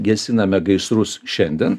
gesiname gaisrus šiandien